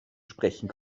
sprechen